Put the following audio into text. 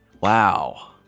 Wow